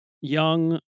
young